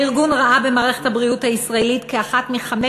הארגון ראה במערכת הבריאות הישראלית אחת מחמש